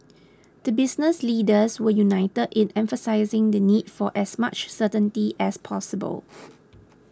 the business leaders were united in emphasising the need for as much certainty as possible